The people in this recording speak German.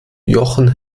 jochen